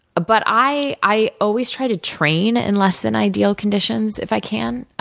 but, i i always try to train in less than ideal conditions, if i can,